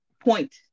point